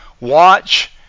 watch